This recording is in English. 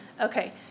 Okay